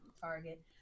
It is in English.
Target